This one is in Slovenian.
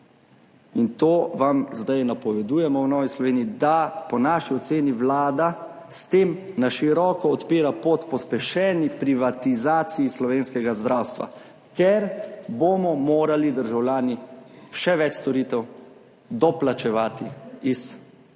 in to vam zdaj napovedujemo v Novi Sloveniji –, da po naši oceni vlada s tem na široko odpira pot pospešeni privatizaciji slovenskega zdravstva, ker bomo morali državljani še več storitev doplačevati iz svojega